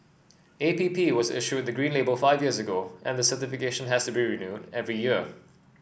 A P P was issued the green label five years ago and the certification has to be renewed every year